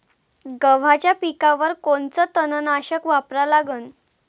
गव्हाच्या पिकावर कोनचं तननाशक वापरा लागन?